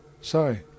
Sorry